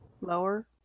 lower